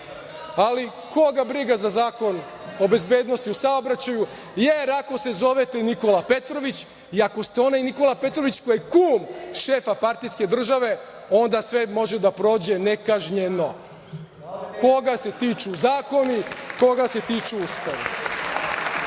ali koga briga za zakon, o bezbednosti u saobraćaju, jer ako se zovete Nikola Petrović i ako ste onaj Nikola Petrović koji je kum šefa partijske države, onda sve može da prođe nekažnjeno. Koga se tiču zakoni, koga se tiče Ustav? Oteti